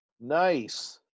nice